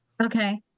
okay